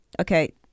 okay